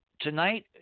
tonight